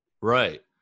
Right